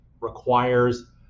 requires